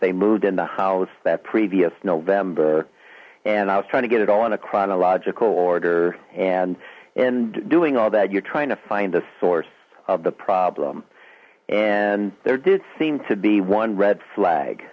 they moved in the house that previous november and i was trying to get on a chronological order and and doing all that you're trying to find the source of the problem and there did seem to be one red flag